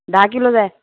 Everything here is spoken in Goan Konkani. धा किलो जाय